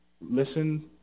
listen